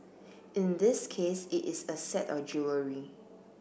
in this case it is a set of jewellery